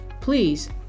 Please